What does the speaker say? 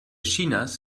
chinas